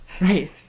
Right